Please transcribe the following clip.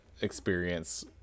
experience